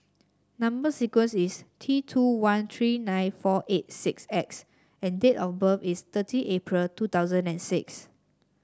number sequence is T two one three nine four eight six X and date of birth is thirty April two thousand and six